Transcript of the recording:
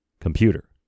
computer